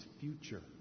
future